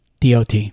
DOT